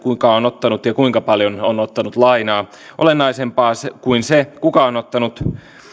kuka on ottanut ja ja kuinka paljon on ottanut lainaa olennaisempaa kuin se kuka on ottanut